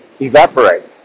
evaporates